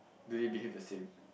do we behave the same